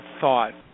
thought